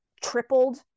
tripled